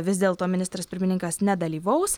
vis dėlto ministras pirmininkas nedalyvaus